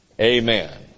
Amen